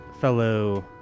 fellow